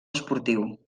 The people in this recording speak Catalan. esportiu